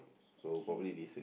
okay